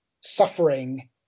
suffering